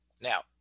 Now